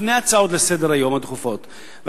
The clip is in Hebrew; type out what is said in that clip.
לפני ההצעות הדחופות לסדר-היום.